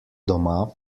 doma